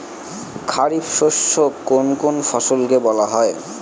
খারিফ শস্য কোন কোন ফসলকে বলা হয়?